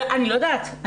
אני לא יודעת,